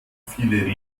viele